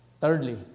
Thirdly